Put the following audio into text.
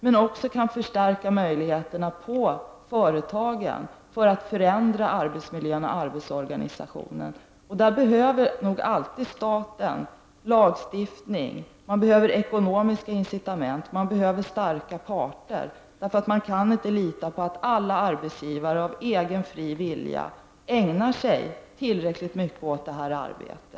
Men vi behöver också förstärka möjligheterna att förändra arbetsmiljön och arbetsorganisationen i företagen. Där behöver staten gripa in med lagstiftning och ekonomiska incitament, och det behövs starka parter på arbetsmarknaden. Man kan inte lita på att alla arbetsgivare av egen fri vilja ägnar sig tillräckligt mycket åt detta arbete.